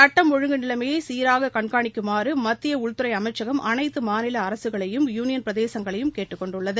சட்டம் ஒழுங்க நிலைமையை சீராக கண்காணிக்குமாறு மத்திய உள்துறை அமைச்சகம் அனைத்து மாநில அரசுகளையும் யூனியன் பிரதேசங்களையும் கேட்டுக் கொண்டுள்ளது